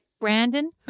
Brandon